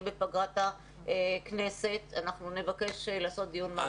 בפגרת הכנסת אנחנו נבקש לעשות דיון על כך.